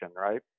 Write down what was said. right